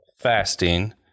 fasting